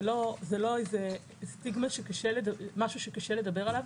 זה לא איזה משהו שקשה לדבר עליו,